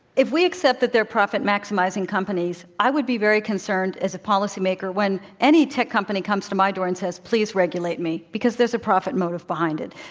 if we accept that they're profit-maximizing companies, i would be very concerned as a policymaker when any tech company comes to my door and says, please regulate me. because there's a profit motive behind it.